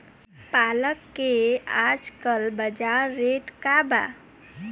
पालक के आजकल बजार रेट का बा?